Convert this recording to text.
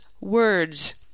words